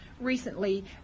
recently